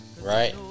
Right